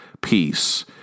peace